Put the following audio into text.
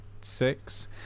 Six